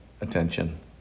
attention